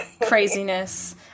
craziness